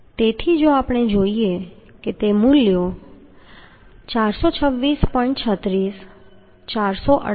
તેથી જો આપણે જોઈએ કે તે મૂલ્યો ન્યૂનતમ 426